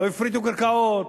לא הפריטו קרקעות,